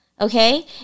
okay